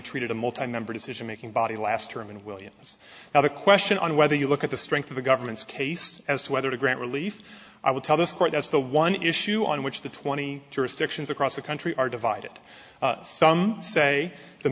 treated a multimedia decision making body last term in williams now the question on whether you look at the strength of the government's case as to whether to grant relief i will tell this court that's the one issue on which the twenty jurisdictions across the country are divided some say the